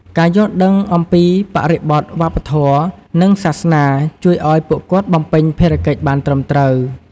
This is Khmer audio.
ការយល់ដឹងអំពីបរិបទវប្បធម៌ និងសាសនា ជួយឱ្យពួកគាត់បំពេញភារកិច្ចបានត្រឹមត្រូវ។